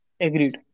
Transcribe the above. Agreed